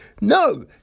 No